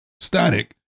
static